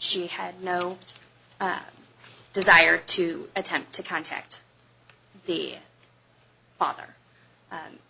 she had no desire to attempt to contact the father